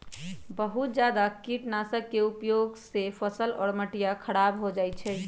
बहुत जादा कीटनाशक के उपयोग से फसल और मटिया खराब हो जाहई